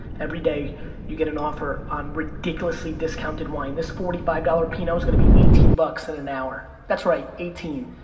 every day you get an offer on ridiculously discounted wine. this forty five dollar pinot is gonna be eighteen bucks in an hour. that's right eighteen.